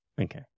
Okay